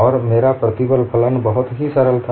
और मेरा प्रतिबल फलन भी बहुत सरल था